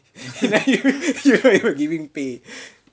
giving pay